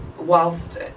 Whilst